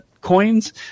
coins